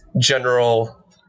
general